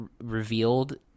revealed